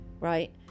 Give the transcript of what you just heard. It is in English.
right